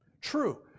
True